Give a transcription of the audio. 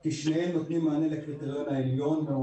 כי שניהם נותנים מענה לקריטריון העליון.